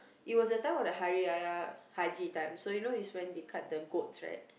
it was the time of the Hari-Raya-haji time so you know is when they cut the goats right